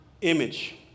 image